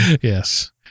Yes